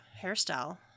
hairstyle